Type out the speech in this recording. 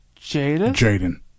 Jaden